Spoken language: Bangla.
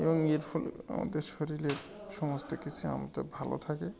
এবং এর ফলে আমাদের শরীরের সমস্ত কিছুই আমাদের ভালো থাকে